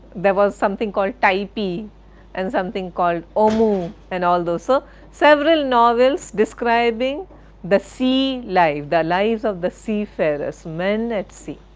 there was something called typee and something called omoo and all those, so several novels describing the sea life, the lives of the sea farers, men at sea.